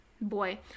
boy